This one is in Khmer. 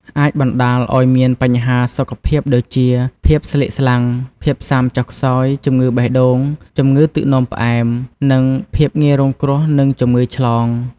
អាចបណ្តាលឱ្យមានបញ្ហាសុខភាពដូចជា ភាពស្លេកស្លាំង ភាពស៊ាំចុះខ្សោយ ជំងឺបេះដូង ជំងឺទឹកនោមផ្អែម និងភាពងាយរងគ្រោះនឹងជំងឺឆ្លង។